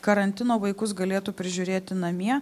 karantino vaikus galėtų prižiūrėti namie